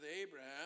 Abraham